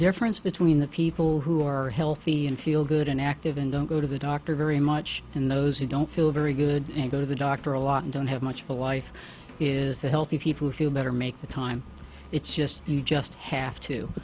difference between the people who are healthy and feel good and active and don't go to the doctor very much in those who don't feel very good they go to the doctor a lot and don't have much of a wife is the healthy people who matter make the time it's just you just have to